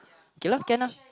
K lah can lah